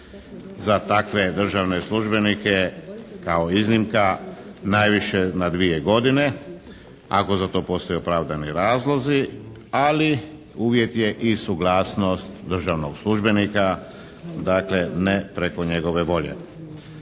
za takve državne službenike kao iznimka najviše na 2 godine, ako za to postoji opravdani razlozi, ali uvjet je i suglasnost državnog službenika. Dakle, ne preko njegove volje.